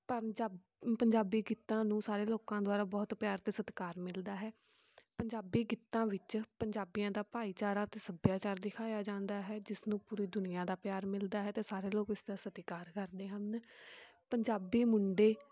ਪੰਜਾਬ ਪੰਜਾਬੀ ਗੀਤਾਂ ਨੂੰ ਸਾਰੇ ਲੋਕਾਂ ਦੁਆਰਾ ਬਹੁਤ ਪਿਆਰ ਅਤੇ ਸਤਿਕਾਰ ਮਿਲਦਾ ਹੈ ਪੰਜਾਬੀ ਗੀਤਾਂ ਵਿੱਚ ਪੰਜਾਬੀਆਂ ਦਾ ਭਾਈਚਾਰਾ ਅਤੇ ਸੱਭਿਆਚਾਰ ਦਿਖਾਇਆ ਜਾਂਦਾ ਹੈ ਜਿਸ ਨੂੰ ਪੂਰੀ ਦੁਨੀਆ ਦਾ ਪਿਆਰ ਮਿਲਦਾ ਹੈ ਅਤੇ ਸਾਰੇ ਲੋਕ ਇਸਦਾ ਸਤਿਕਾਰ ਕਰਦੇ ਹਨ ਪੰਜਾਬੀ ਮੁੰਡੇ